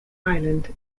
island